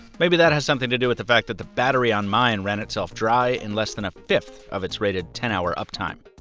maybe that has something to do with the fact that the battery on mine ran itself dry in less than a fifth of its rated ten hour uptime.